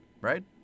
Right